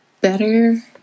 better